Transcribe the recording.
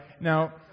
now